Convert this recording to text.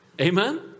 Amen